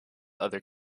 other